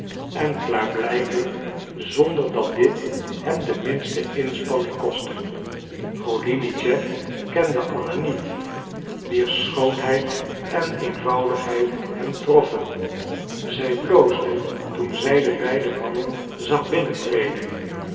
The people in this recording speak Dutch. en klaarblijkelijk zonder dat dit hem de minste inspanning kostte golinitschef kende anna niet wier schoonheid en eenvoudigheid hem troffen zij bloosde toen zij de beide mannen zag binnentreden